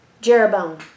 Jeroboam